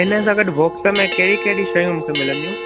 हिन सां गॾु बॉक्स में कहिड़ी कहिड़ी शयूं मूंखे मिलंदियूं